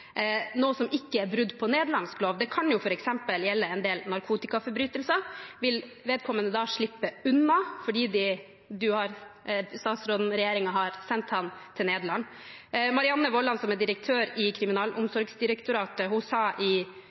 som ikke er brudd på nederlandsk lov. Det kan f.eks. gjelde en del narkotikaforbrytelser. Vil vedkommende da slippe unna fordi statsråden og regjeringen har sendt ham til Nederland? Marianne Vollan, som er direktør i Kriminalomsorgsdirektoratet, sa i